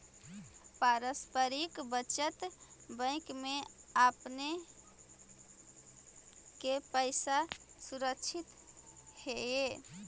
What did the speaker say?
पारस्परिक बचत बैंक में आपने के पैसा सुरक्षित हेअ